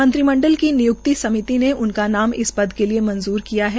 मंत्री मंडल की निय्क्ति समिति ने उनका नाम इस पद के लिए मंजूर किया है